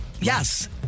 yes